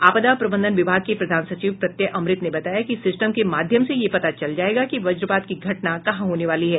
आपदा प्रबंधन विभाग के प्रधान सचिव प्रत्यय अमृत ने बताया कि सिस्टम के माध्यम से यह पता चल जायेगा कि वज्रपात की घटना कहां होने वाली है